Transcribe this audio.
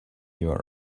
your